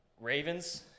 Ravens